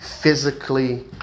physically